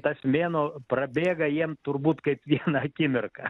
tas mėnuo prabėga jiem turbūt kaip viena akimirka